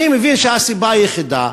אני מבין שהסיבה היחידה,